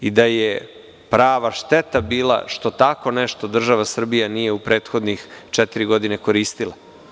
Prava je šteta bila što tako nešto država Srbija nije u prethodnih četiri godine koristila.